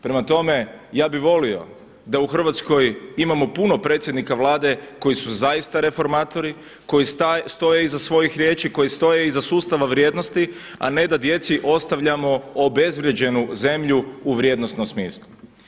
Prema tome, ja bi volio da u Hrvatskoj imamo puno predsjednika Vlade koji su zaista reformatori, koji stoje iza svojih riječi, koji stoje iza sustava vrijednosti a ne da djeci ostavljamo obezvrijeđenu zemlju u vrijednosnom smislu.